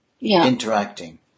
interacting